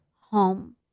home